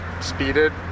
speeded